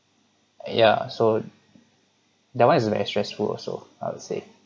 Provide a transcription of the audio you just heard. ya so that one is very stressful also I would say